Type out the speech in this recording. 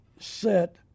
set